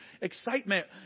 excitement